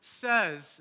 says